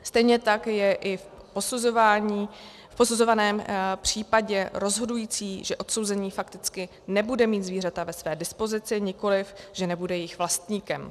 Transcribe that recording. Stejně tak je i v posuzovaném případě rozhodující, že odsouzený fakticky nebude mít zvířata ve své dispozici, nikoliv že nebude jejich vlastníkem.